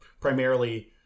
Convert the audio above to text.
primarily